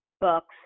books